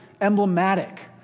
emblematic